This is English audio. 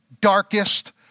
darkest